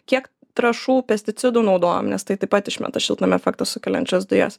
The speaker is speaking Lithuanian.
kiek trąšų pesticidų naudojam nes tai taip pat išmeta šiltnamio efektą sukeliančias dujas